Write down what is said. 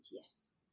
yes